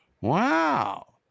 Wow